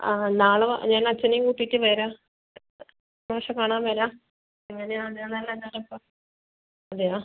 ആ നാളെ വാ ഞാൻ അച്ഛനെയും കൂട്ടീട്ട് വരാം മാഷേ കാണാൻ വരാം എങ്ങനെ ആണെന്ന് എല്ലാം എന്നാൽ അപ്പോൾ അതെയോ